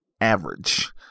Average